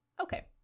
Okay